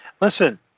listen